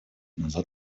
назад